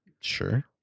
Sure